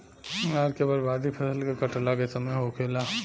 अनाज के बर्बादी फसल के काटला के समय होखेला